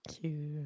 Cute